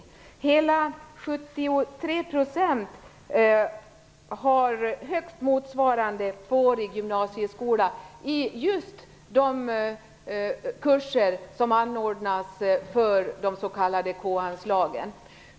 Så mycket som 73 % har högst motsvarande tvåårig gymnasieskola i just kurser som anordnas för de s.k. k-anslagen.